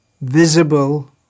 visible